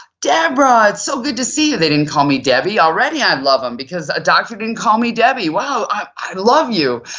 debra, it's so good to see you. they didn't call me debbie, already i love them because a doctor didn't call be debbie. wow, i love you.